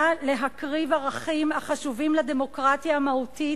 להקריב ערכים החשובים לדמוקרטיה המהותית,